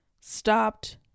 stopped